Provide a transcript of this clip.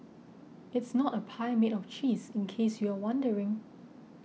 it's not a pie made of cheese in case you're wondering